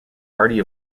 party